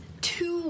two